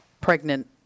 pregnant